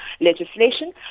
legislation